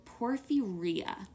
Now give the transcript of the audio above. porphyria